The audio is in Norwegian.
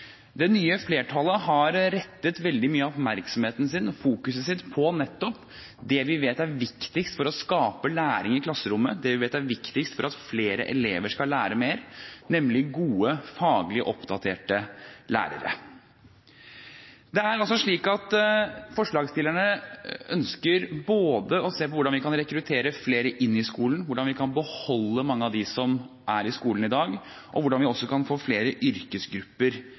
Det nye flertallet har rettet veldig mye av oppmerksomheten sin og fokuset sitt mot nettopp det vi vet er viktigst for å skape læring i klasserommet, og det vi vet er viktigst for at flere elever skal lære mer, nemlig gode, faglig oppdaterte lærere. Det er slik at forslagsstillerne ønsker å se på hvordan vi både kan rekruttere flere inn i skolen, hvordan vi kan beholde mange av dem som er i skolen i dag, og hvordan vi også kan få flere yrkesgrupper